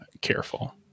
careful